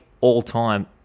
all-time